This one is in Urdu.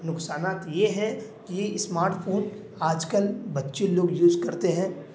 نقصانات یہ ہیں کہ اسمارٹ فون آج کل بچے لوگ یوز کرتے ہیں